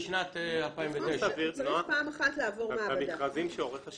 הוא צריך פעם אחת לעבור מעבדה.